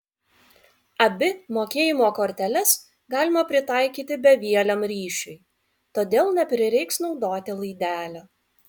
abi mokėjimo korteles galima pritaikyti bevieliam ryšiui todėl neprireiks naudoti laidelio